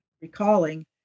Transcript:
recalling